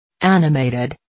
Animated